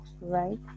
right